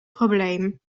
probleem